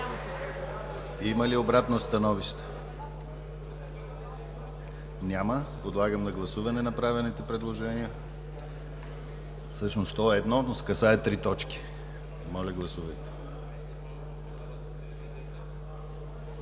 Има ли обратно становище? Няма. Подлагам на гласуване направените предложения. Всъщност – то е едно, но касае три точки. Моля, гласувайте. Гласували